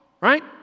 right